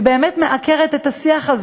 והיא באמת מעקרת את השיח הזה,